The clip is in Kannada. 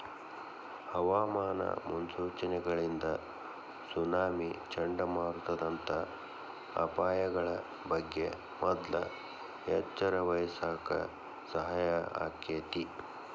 ಹವಾಮಾನ ಮುನ್ಸೂಚನೆಗಳಿಂದ ಸುನಾಮಿ, ಚಂಡಮಾರುತದಂತ ಅಪಾಯಗಳ ಬಗ್ಗೆ ಮೊದ್ಲ ಎಚ್ಚರವಹಿಸಾಕ ಸಹಾಯ ಆಕ್ಕೆತಿ